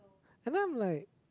and then I'm like